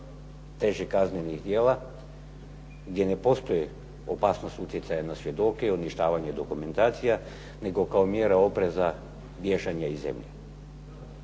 težih kaznenih djela gdje ne postoji opasnost utjecaja na svjedoke i uništavanje dokaza nego kao mjera opreza bježanja iz zemlje.